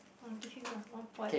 orh give you lah one point